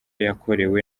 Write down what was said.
yakorewe